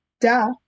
Duh